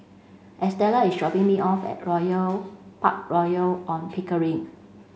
Estela is dropping me off at Royal Park Royal On Pickering